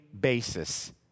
basis